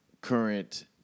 current